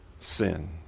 Sin